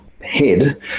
head